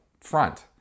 front